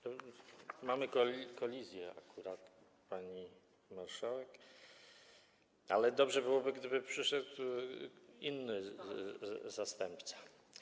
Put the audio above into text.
To mamy kolizję akurat, pani marszałek, ale dobrze byłoby, gdyby przyszedł inny zastępca.